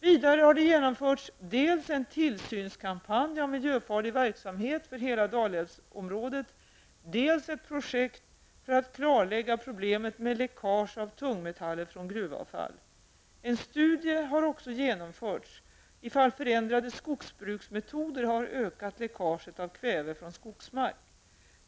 Vidare har genomförts dels en till tillsynskampanj av miljöfarlig verksamhet för hela Dalälvsområdet, dels ett projekt för att klarlägga problemet med läckage av tungmetaller från gruvavfall. En studie har också genomförts ifall förändrade skogsbruksmetoder har ökat läckaget av kväve från skogsmark.